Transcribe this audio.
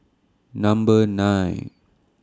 Number nine